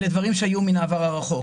אלה דברים שהיו מן העבר הרחוק.